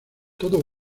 todo